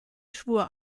schwur